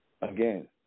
again